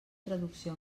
traducció